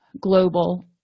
global